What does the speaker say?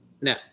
No